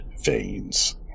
veins